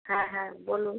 হ্যাঁ হ্যাঁ বলুন